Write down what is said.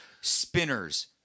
spinners